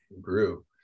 grew